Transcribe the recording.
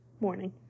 Morning